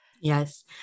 Yes